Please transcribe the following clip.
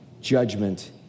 Judgment